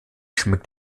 schmeckt